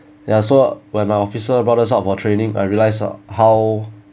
ya so when my officer brought us out for training I realise ah how